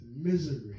misery